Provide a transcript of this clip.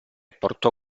portò